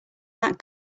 that